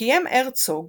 קיים הרצוג